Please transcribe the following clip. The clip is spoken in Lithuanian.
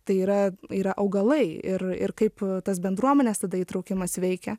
tai yra yra augalai ir ir kaip tas bendruomenės tada įtraukimas veikia